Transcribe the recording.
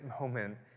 moment